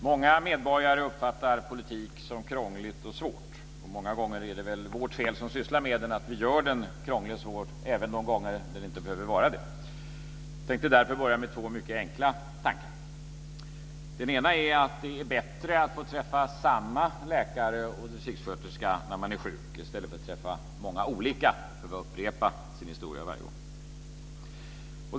Fru talman! Många medborgare uppfattar politik som någonting krångligt och svårt, och många gånger är det vårt fel som sysslar med den att vi gör den krånglig och svår även de gånger den inte behöver vara det. Jag tänkte därför börja med två mycket enkla tankar. Den ena är att det är bättre att få träffa samma läkare och distriktssköterska när man är sjuk i stället för att träffa många olika och upprepa sin historia varje gång.